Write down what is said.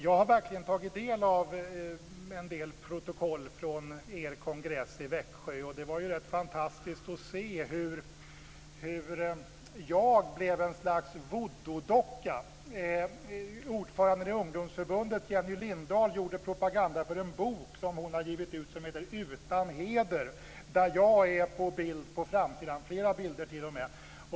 Jag har verkligen tagit del av en del protokoll från er kongress i Växjö. Det var rätt fantastiskt att se hur jag blev en slags voodoodocka. Ordföranden i ungdomsförbundet, Jenny Lindahl, gjorde propaganda för en bok som hon har givit ut som heter Utan heder, där jag finns på bild på framsidan, flera bilder t.o.m.